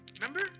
Remember